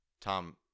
tom